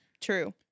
True